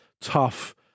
tough